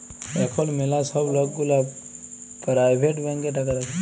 এখল ম্যালা ছব লক গুলা পারাইভেট ব্যাংকে টাকা রাখে